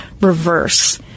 reverse